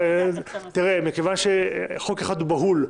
תראה, מכיוון שחוק אחד הוא בהול,